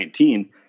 2019